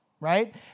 right